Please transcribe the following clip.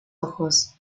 ojos